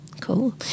Cool